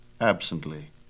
absently